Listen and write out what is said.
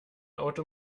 auto